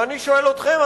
ואני שואל אתכם,